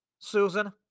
Susan